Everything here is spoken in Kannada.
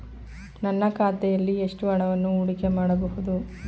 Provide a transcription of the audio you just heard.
ನನ್ನ ಖಾತೆಯಲ್ಲಿ ಎಷ್ಟು ಹಣವನ್ನು ಹೂಡಿಕೆ ಮಾಡಬಹುದು?